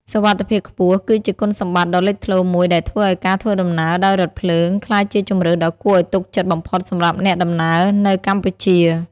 សុវត្ថិភាពខ្ពស់ គឺជាគុណសម្បត្តិដ៏លេចធ្លោមួយដែលធ្វើឱ្យការធ្វើដំណើរដោយរថភ្លើងក្លាយជាជម្រើសដ៏គួរឱ្យទុកចិត្តបំផុតសម្រាប់អ្នកដំណើរនៅកម្ពុជា។